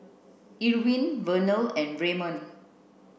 Irvin Vernal and Ramon